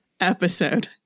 episode